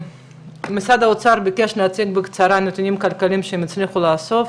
משרד האוצר ביקש להציג בקצרה נתונים כלכליים שהם הצליחו לאסוף,